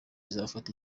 izafata